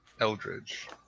Eldridge